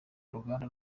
uruganda